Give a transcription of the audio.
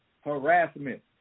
Harassment